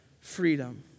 freedom